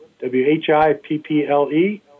W-H-I-P-P-L-E